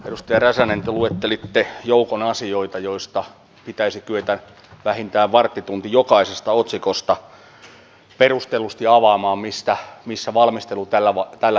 edustaja räsänen te luettelitte joukon asioita joista pitäisi kyetä vähintään varttitunti jokaisesta otsikosta perustellusti avaamaan missä valmistelu tällä hetkellä menee